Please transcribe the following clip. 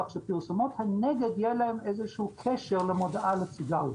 כך שלפרסומות הנגד יהיה קשר למודעה לסיגריות.